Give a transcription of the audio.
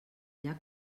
llac